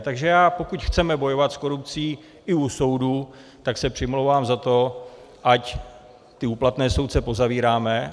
Takže já, pokud chceme bojovat s korupcí i u soudů, tak se přimlouvám za to, ať ty úplatné soudce pozavíráme.